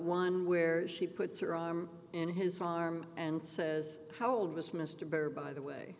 one where she puts her arm in his arm and says how old was mr burr by the way